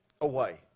away